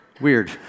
weird